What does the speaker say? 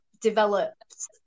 developed